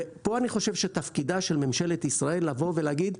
פה אני חושב שתפקידה של ממשלת ישראל הוא לבוא ולהגיד: